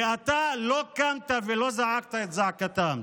ואתה לא קמת ולא זעקת אתם זעקתם.